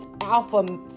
alpha